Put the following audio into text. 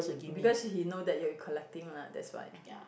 because she he know that you are collecting lah that's why